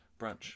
brunch